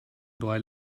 neue